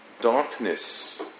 Darkness